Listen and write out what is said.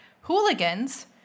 Hooligans